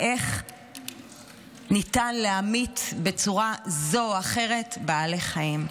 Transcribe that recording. איך ניתן להמית בצורה זו או אחרת בעלי חיים.